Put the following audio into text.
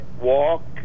walk